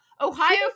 Ohio